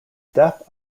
death